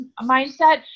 mindset